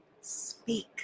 speak